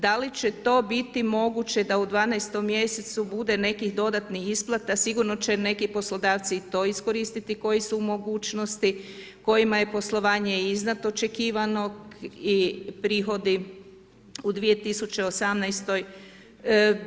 Da li će to biti moguće da u 12-tom mjesecu bude nekih dodatnih isplata, sigurno će neki poslodavci i to iskoristiti koji su u mogućnosti, kojima je poslovanje iznad očekivanoga i prihodi u 2018-toj.